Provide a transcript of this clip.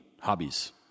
hobbies